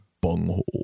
bunghole